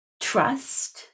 trust